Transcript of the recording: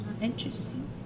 interesting